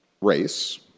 race